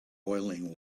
boiling